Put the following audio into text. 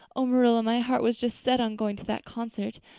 oh, marilla, my heart was just set on going to that concert.